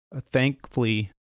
Thankfully